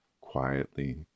quietly